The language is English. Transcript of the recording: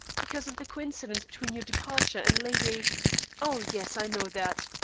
because of the coincidence between your departure and lady oh yes, i know that.